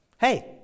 Hey